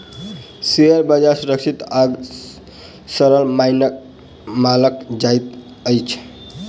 शेयरक व्यापार सुरक्षित आ सरल मानल जाइत अछि